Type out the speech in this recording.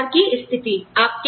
श्रम बाजार की स्थिति